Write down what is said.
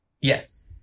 Yes